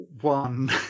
one